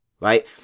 right